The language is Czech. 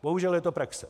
Bohužel je to praxe.